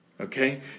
Okay